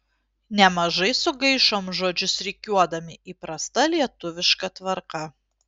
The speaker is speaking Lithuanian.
nemažai sugaišom žodžius rikiuodami įprasta lietuviška tvarka